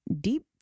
deep